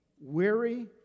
Weary